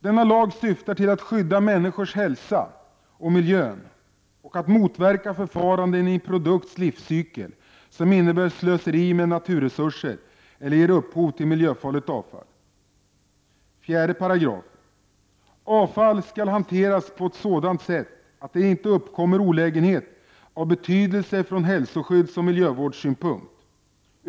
Denna lag syftar till att skydda människors hälsa och miljön och att motverka förfaranden i en produkts livscykel som innebär slöseri med naturresurser eller ger upphov till miljöfarligt avfall. 4§. Avfall skall hanteras på ett sådant sätt att det inte uppkommer olägenhet av betydelse från hälsoskyddsoch miljövårdssynpunkt.